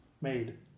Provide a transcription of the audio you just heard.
Made